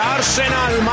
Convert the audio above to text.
Arsenal